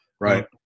Right